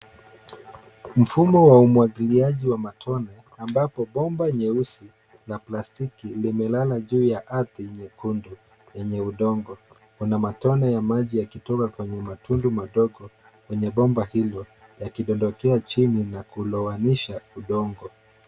Mfumo wa umwagiliaji wa matone ambapo bomba nyeusi la plastiki limelala juu ya ardhi nyekundu yenye udongo. Kuna matone ya maji yakitoka kwenye matundu madogo kwenye bomba hilo yakidondokea chini na kulowanisha udongo.